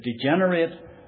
degenerate